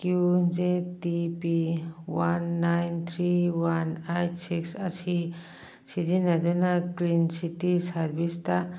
Q Z T P one nine three one eight six ꯑꯁꯤ ꯁꯤꯖꯤꯟꯅꯗꯨꯅ clean city ꯁꯥꯔꯕꯤꯁꯇ